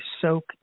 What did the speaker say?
soak